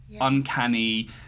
uncanny